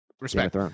respect